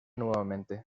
nuevamente